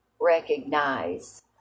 recognize